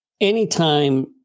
anytime